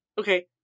Okay